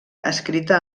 escrita